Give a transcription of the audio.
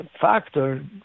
factor